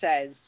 says